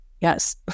yes